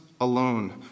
alone